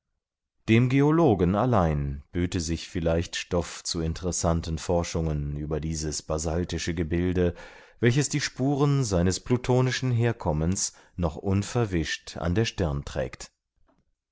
dem geologen allein böte sich vielleicht stoff zu interessanten forschungen über dieses basaltische gebilde welches die spuren seines plutonischen herkommens noch unverwischt an der stirn trägt